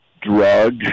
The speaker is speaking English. drug